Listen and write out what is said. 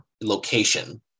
location